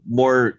more